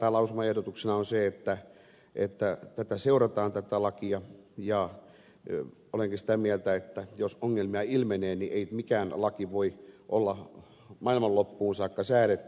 täällä lausumaehdotuksena on se että tätä lakia seurataan ja olenkin sitä mieltä että jos ongelmia ilmenee niin ei mikään laki voi olla maailmanloppuun saakka säädetty